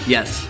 Yes